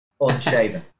unshaven